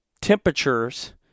temperatures